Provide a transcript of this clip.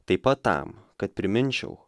taip pat tam kad priminčiau